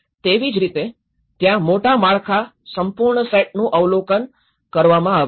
તેથી તેવી જ રીતે ત્યાં મોટા માળખા સંપૂર્ણ સેટનું અવલોકન કરવામાં આવ્યું